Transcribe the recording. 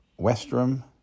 Westrum